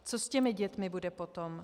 Co s těmi dětmi bude potom?